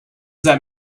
that